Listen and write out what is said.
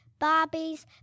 Barbies